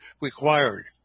required